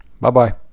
bye-bye